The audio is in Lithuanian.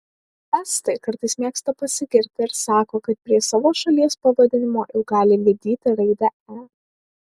estai kartais mėgsta pasigirti ir sako kad prie savo šalies pavadinimo jau gali lipdyti raidę e